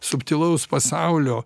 subtilaus pasaulio